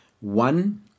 One